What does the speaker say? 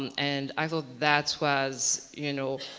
and i thought that was you know,